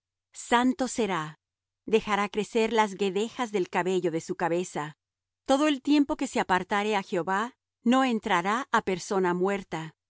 santo será dejará crecer las guedejas del cabello de su cabeza todo el tiempo que se apartaré á jehová no entrará á persona muerta